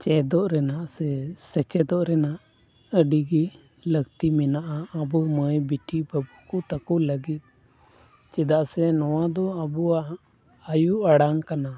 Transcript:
ᱪᱮᱫᱚᱜ ᱨᱮᱱᱟᱜ ᱥᱮ ᱥᱮᱪᱮᱫᱚᱜ ᱨᱮᱱᱟᱜ ᱟᱹᱰᱤ ᱜᱮ ᱞᱟᱹᱠᱛᱤ ᱢᱮᱱᱟᱜᱼᱟ ᱟᱵᱚ ᱢᱟᱹᱭ ᱵᱤᱴᱤ ᱵᱟᱵᱩ ᱠᱚ ᱛᱟᱠᱚ ᱞᱟᱹᱜᱤᱫ ᱪᱮᱫᱟᱜ ᱥᱮ ᱱᱚᱣᱟ ᱫᱚ ᱟᱵᱚᱭᱟᱜ ᱟᱭᱩ ᱟᱲᱟᱝ ᱠᱟᱱᱟ